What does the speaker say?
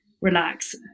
relax